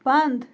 بنٛد